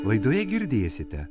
laidoje girdėsite